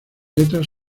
letras